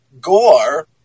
gore